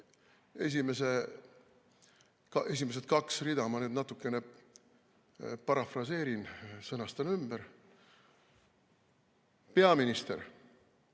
esimest kaht rida ma nüüd natukene parafraseerin, sõnastan ümber: "Peaminister,